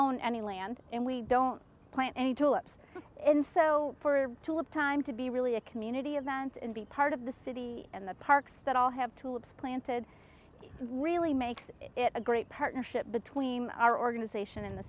own any land and we don't plant any tulips and so for tulip time to be really a community event and be part of the city and the parks that all have tulips planted really makes it a great partnership between our organization and the